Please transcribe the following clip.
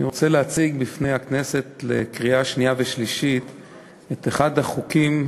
אני רוצה להציג לפני הכנסת לקריאה שנייה ושלישית את אחד החוקים,